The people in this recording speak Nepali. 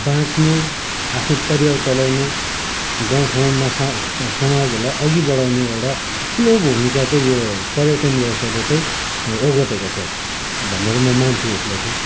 बाँच्ने आफ्नो परिवार चलाउने गाउँठाउँमा सा समाजहरूलाई अघि बढाउने एउटा ठुलो भूमिका चाहिँ यो पर्यटन व्यवसायले चाहिँ ओगटेको छ भनेर म मान्छु यसलाई चाहिँ